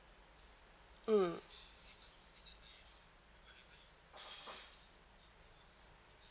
mm